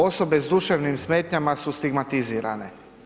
Osobe s duševnim smetnjama su stigmatizirane.